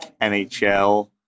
NHL